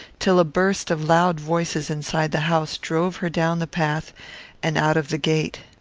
till a burst of loud voices inside the house drove her down the path and out of the gate.